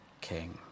king